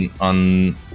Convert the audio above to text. On